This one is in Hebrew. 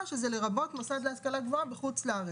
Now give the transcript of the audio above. שזה לרבות מוסד להשכלה גבוהה בחו"ל.